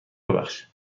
ببخش